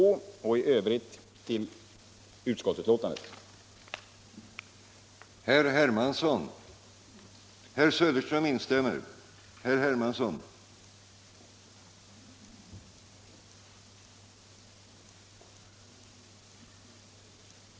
I övrigt yrkar jag bifall till utskottets hemställan.